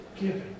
giving